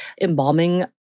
embalming